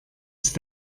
ist